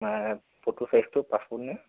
ফটোৰ ছাইজটো পাচপৰ্টনে